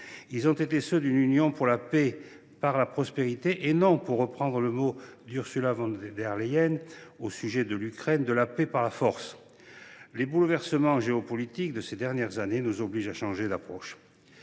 Ils ont été ceux d’une union pour la paix par la prospérité et non, pour reprendre les mots d’Ursula von der Leyen au sujet de l’Ukraine, de la paix par la force. Les bouleversements géopolitiques de ces dernières années nous obligent à changer d’approche.